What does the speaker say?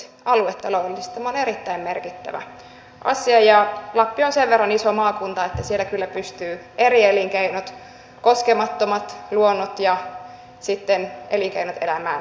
aluetaloudellisesti tämä on erittäin merkittävä asia ja lappi on sen verran iso maakunta että siellä kyllä pystyvät koskemattomat luonnot ja eri elinkeinot elämään rinnakkain